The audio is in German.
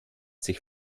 sich